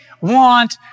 want